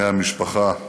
בני המשפחה,